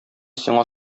сиңа